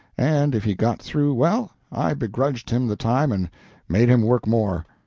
and, if he got through well, i begrudged him the time and made him work more.